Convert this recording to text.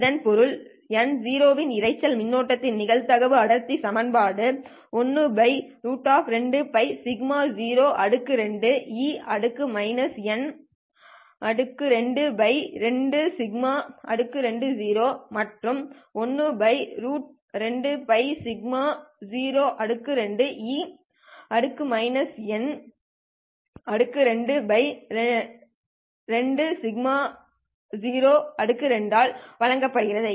இதன் பொருள் n0 இன் இரைச்சல் மின்னோட்டத்தின் நிகழ்தகவு அடர்த்தி செயல்பாடு ஆல் வழங்கப்படுகிறது